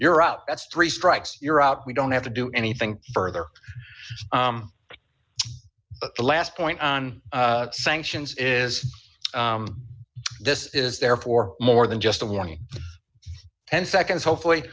you're out that's three strikes you're out we don't have to do anything further the last point on sanctions is this is there for more than just a warning ten seconds hopefully